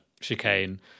chicane